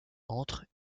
entre